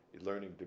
Learning